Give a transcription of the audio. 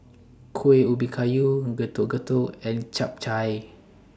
Kuih Ubi Kayu Getuk Getuk and Chap Chai